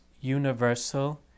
universal